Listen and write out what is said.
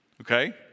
okay